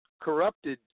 corrupted